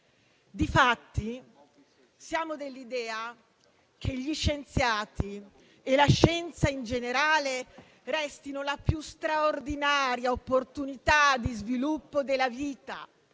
Difatti, siamo dell'idea che gli scienziati e la scienza in generale restino la più straordinaria opportunità di sviluppo della vita,